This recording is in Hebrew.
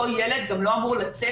אותו ילד גם לא אמור לצאת,